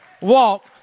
walk